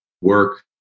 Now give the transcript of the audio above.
work